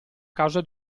causa